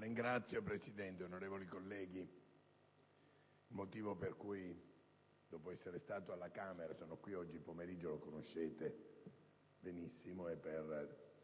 Signora Presidente, onorevoli colleghi, il motivo per cui, dopo essere stato alla Camera sono qui oggi pomeriggio lo conoscete benissimo: è per